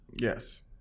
Yes